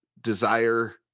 desire